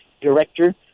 director